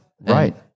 Right